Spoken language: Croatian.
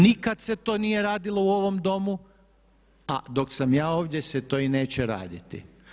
Nikad se to nije radilo u ovom domu, a dok sam ja ovdje se to i neće raditi.